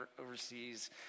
overseas